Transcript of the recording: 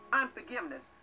unforgiveness